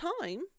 time